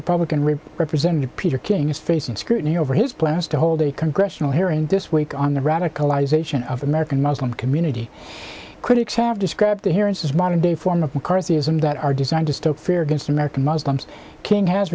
republican representative peter king is facing scrutiny over his plans to hold a congressional hearing this week on the radicalization of american muslim community critics have described the hearings as modern day form of mccarthyism that are designed to stoke fear against american muslims king has